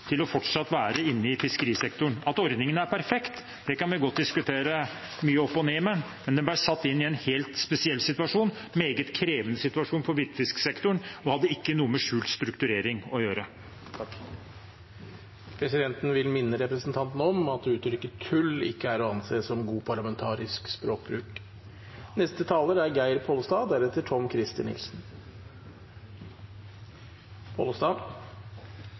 fortsatt kunne være inne i fiskerisektoren. Om ordningen er perfekt, kan vi godt diskutere mye opp og ned. Men den ble satt inn i en helt spesiell situasjon, en meget krevende situasjon for hvitfisksektoren, og hadde ikke noe med skjult strukturering å gjøre. Presidenten vil minne representanten om at uttrykket «tull» ikke er å anse som god parlamentarisk språkbruk. Representanten Geir Pollestad